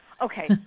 Okay